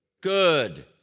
good